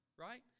right